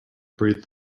breed